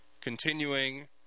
continuing